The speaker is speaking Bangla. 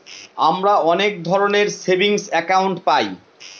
আমরা অনেক ধরনের সেভিংস একাউন্ট পায়